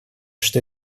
что